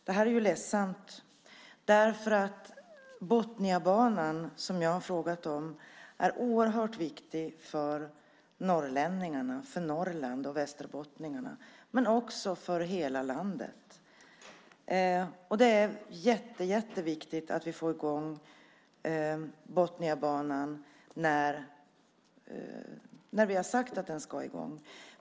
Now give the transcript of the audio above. Det här är ju ledsamt, därför att Botniabanan, som jag har frågat om, är oerhört viktig för norrlänningarna, för Norrland och västerbottningarna, men också för hela landet. Det är jätteviktigt att vi får i gång Botniabanan när vi har sagt att den ska i gång.